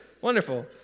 Wonderful